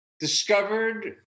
Discovered